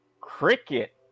Cricket